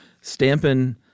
stamping